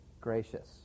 gracious